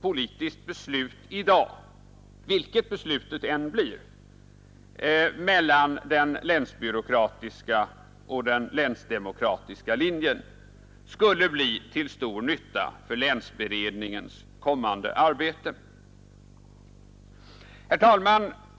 politiskt beslut i dag — vilket det än blir — i valet mellan den länsbyråkratiska och den länsdemokratiska linjen skulle bli till stor nytta för länsberedningens kommande arbete. Herr talman!